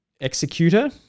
Executor